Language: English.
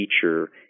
feature